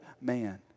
man